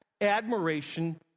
admiration